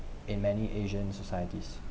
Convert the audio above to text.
in many asian societies